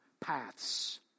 paths